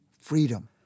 freedom